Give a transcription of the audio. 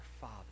Father